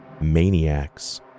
maniacs